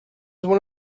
one